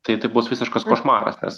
tai tai bus visiškas košmaras nes